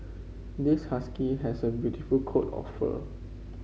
this husky has a beautiful coat of fur